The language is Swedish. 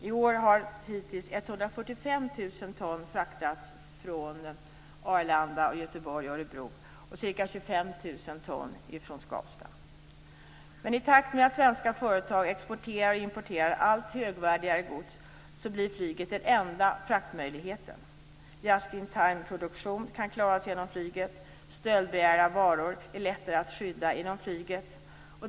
I år har hittills 145 000 ton fraktats från Arlanda, Göteborg och Örebro samt ca 25 000 ton från Skavsta. I takt med att svenska företag exporterar och importerar allt högvärdigare gods blir flyget den enda fraktmöjligheten. Just in timeproduktion kan klaras genom flyget. Stöldbegärliga varor är också lättare att skydda.